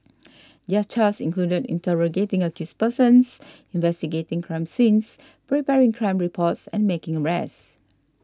their tasks included interrogating accused persons investigating crime scenes preparing crime reports and making arrests